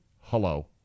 Hello